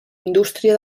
indústria